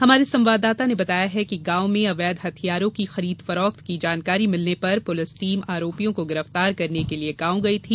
हमारे संवाददाता ने बताया है कि गांव में अवैध हथियारों की खरीद फरोख्त की जानकारी मिलने पर पुलिस टीम आरोपियों को गिरफ़तार करने के लिये गांव गई थी